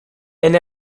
and